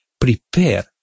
prepare